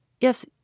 Yes